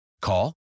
Call